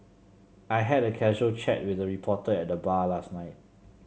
I had a casual chat with a reporter at the bar last night